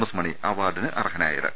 S Mani അവാർഡിന് അർഹനാ യത്